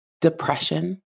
depression